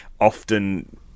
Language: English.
often